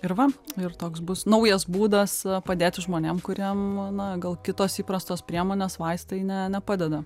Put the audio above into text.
ir va ir toks bus naujas būdas padėti žmonėm kuriem na gal kitos įprastos priemonės vaistai ne nepadeda